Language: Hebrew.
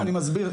אני מסביר.